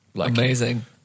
Amazing